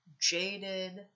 jaded